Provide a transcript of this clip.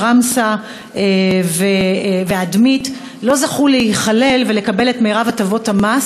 עראמשה ואדמית לא זכו להיכלל ולקבל את מרב הטבות המס,